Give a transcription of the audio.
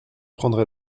prendrai